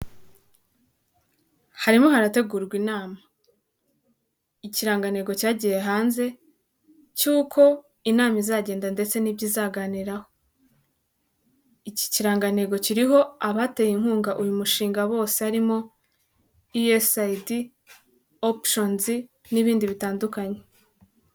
Harimo harategurwa inama. Ikirangantego cyagiye hanze cy'uko inama izagenda ndetse n'ibyo izaganiraho. Iki kirangantego kiriho abateye inkunga uyu mushinga bose harimo USAID, Options n'ibindi bitandukanye.